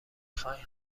خواین